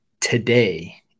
today